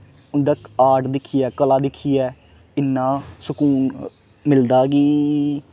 उं'दा आर्ट दिक्खियै कला दिक्खयै इन्ना सकून मिलदा कि